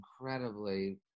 incredibly